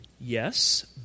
Yes